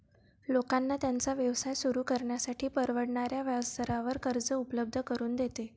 लोकांना त्यांचा व्यवसाय सुरू करण्यासाठी परवडणाऱ्या व्याजदरावर कर्ज उपलब्ध करून देते